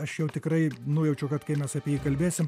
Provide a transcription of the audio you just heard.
aš jau tikrai nujaučiu kad kai mes apie jį kalbėsim